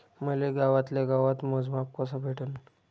मले गावातल्या गावात मोजमाप कस भेटन?